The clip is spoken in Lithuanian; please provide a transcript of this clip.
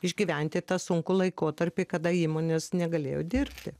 išgyventi tą sunkų laikotarpį kada įmonės negalėjo dirbti